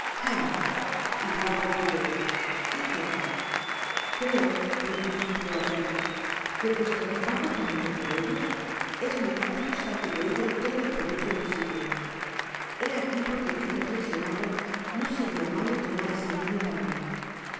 hizo el pertiguero y que creo repuso sowerberryque puesto que pago tanto por ellos es muy justo saque de ello todo el provecho posible he aqui porque bien refleccionado no seria malo tomar ese niño para mi